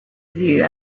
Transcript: view